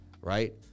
right